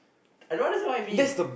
I don't understand what it mean